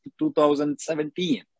2017